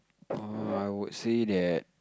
orh I would say that